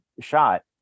shot